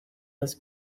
was